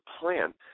plan